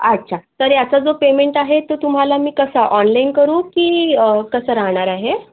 अच्छा तर याचं जो पेमेंट आहे तो तुम्हाला मी कसं ऑनलाईन करू की कसं राहणार आहे